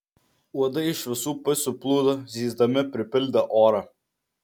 uodai iš visų pusių plūdo zyzdami pripildė orą